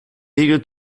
eager